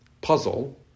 puzzle